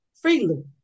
Freely